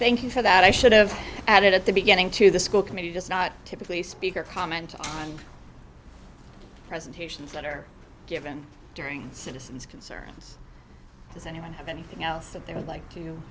thank you for that i should have added at the beginning to the school committee just not typically a speaker commented presentations that are given during citizen's concerns does anyone have anything else that they would like to